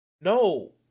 no